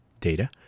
data